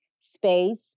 space